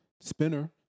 Spinner